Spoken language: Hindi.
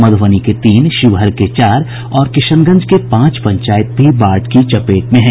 मधुबनी के तीन शिवहर के चार और किशनगंज के पांच पंचायत भी बाढ़ की चपेट में हैं